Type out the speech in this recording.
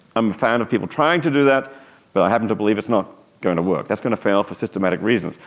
i'm a fan of people trying to do that but i happen to believe it's not going to work, and that's going to fail for systematic reasons.